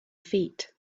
feet